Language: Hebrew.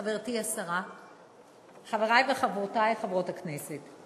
חברתי השרה, חברותי וחברי חברות הכנסת,